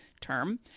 term